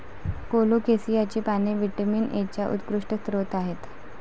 कोलोकेसियाची पाने व्हिटॅमिन एचा उत्कृष्ट स्रोत आहेत